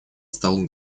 стал